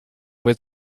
was